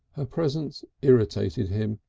her presence irritated him.